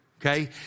Okay